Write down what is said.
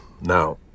Now